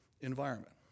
environment